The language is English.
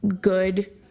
good